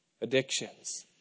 addictions